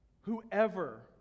whoever